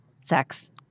sex